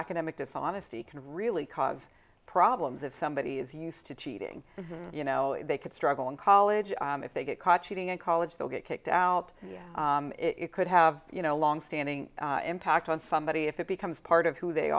academic dishonesty can really cause problems if somebody is used to cheating you know they could struggle in college if they get caught cheating in college they'll get kicked out it could have you know longstanding impact on somebody if it becomes part of who they